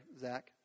Zach